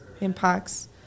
impacts